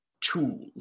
tool